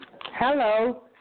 Hello